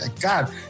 God